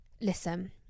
listen